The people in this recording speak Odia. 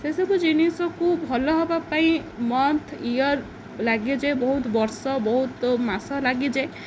ସେସବୁ ଜିନିଷକୁ ଭଲ ହେବା ପାଇଁ ମନ୍ଥ ଇୟର୍ ଲାଗିଯାଏ ବହୁତ ବର୍ଷ ବହୁତ ମାସ ଲାଗିଯାଏ